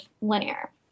linear